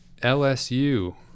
LSU